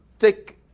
take